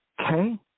Okay